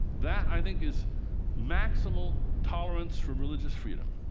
that, i think, is maximal tolerance for religious freedom.